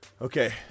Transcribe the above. Okay